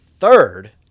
third